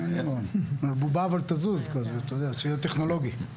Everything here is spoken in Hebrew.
בובה כזאת שתזוז, שיהיה טכנולוגי.